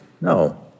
No